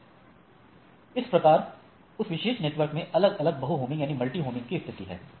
3 इस प्रकार उस विशेष नेटवर्क में अलग अलग बहु होमिंग कि स्थिति हैं